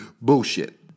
bullshit